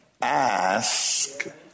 ask